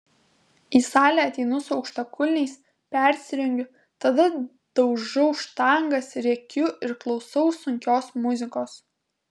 į salę ateinu su aukštakulniais persirengiu tada daužau štangas rėkiu ir klausau sunkios muzikos